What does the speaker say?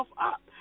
up